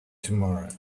tomorrow